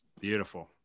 Beautiful